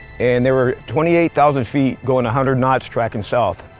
and they were twenty eight thousand feet going a hundred knots tracking south.